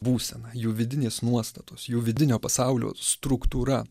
būsena jų vidinės nuostatos jų vidinio pasaulio struktūra